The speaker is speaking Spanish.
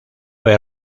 vez